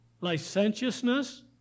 licentiousness